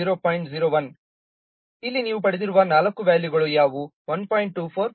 01 ಇಲ್ಲಿ ನೀವು ಪಡೆದಿರುವ ನಾಲ್ಕು ವ್ಯಾಲ್ಯೂಗಳು ಯಾವುವು 1